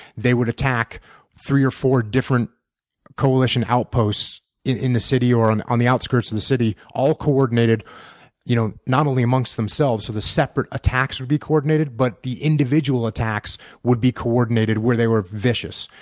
they would attack three or four different coalition outposts in in the city or on on the outskirts of the city all coordinated you know not only amongst them selves, so the separate attacks would be coordinated but the individual attacks would be coordinated where they were vicious.